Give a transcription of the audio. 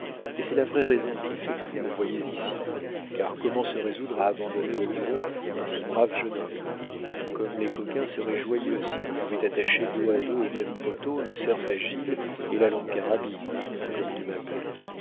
et c'est la vraie raison qui fait que vous me voyez ici car comment se résoudre à abandonner aux hurons un si brave jeune homme comme les coquins seraient joyeux s'ils pouvaient attacher dos à dos au même poteau le cerf agile et la longue carabine comme ils m'appellent